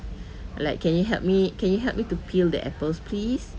like can you help me can you help me to peel the apples please